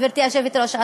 גברתי היושבת-ראש,